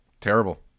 Terrible